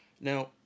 Now